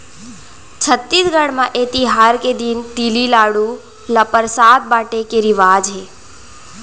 छत्तीसगढ़ म ए तिहार के दिन तिली के लाडू ल परसाद बाटे के रिवाज हे